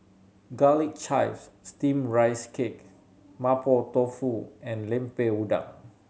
garlic chives steame rice cake Mapo Tofu and Lemper Udang